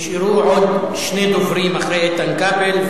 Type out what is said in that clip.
נשארו עוד שני דוברים אחרי איתן כבל,